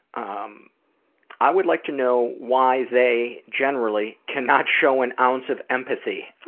um i would like to know why they generally cannot show an ounce of empathy.